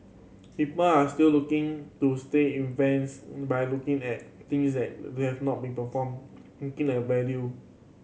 people are still looking to stay invested but looking at things that we have not be performed looking at value